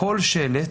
כל שלט